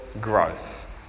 growth